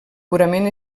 purament